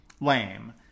lame